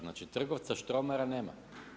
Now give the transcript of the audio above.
Znači trgovca Štromara nema.